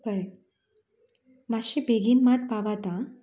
बरें मातशें बेगीन मात पावात आं